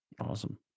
Awesome